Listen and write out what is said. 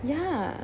ya